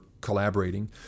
collaborating